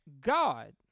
God